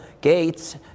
Gates